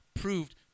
proved